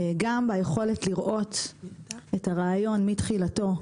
גם ביכולת לראות את הרעיון מתחילתו.